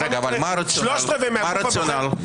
מה הרציונל?